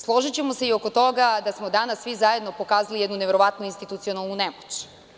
Složićemo se i oko toga da smo danas svi zajedno pokazali jednu neverovatnu institucionalnu nemoć.